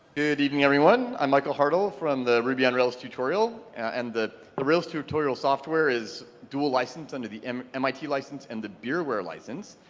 good evening everyone. i'm michael hartl from the ruby on rails tutorial. and the the rails tutorial software is duel licensed under the um mit license and the beerware license.